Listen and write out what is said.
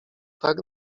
tak